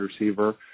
receiver